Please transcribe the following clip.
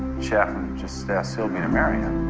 chaplain just asked sylvie to marry him.